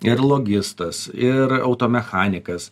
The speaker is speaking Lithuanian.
ir logistas ir automechanikas